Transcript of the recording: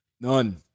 None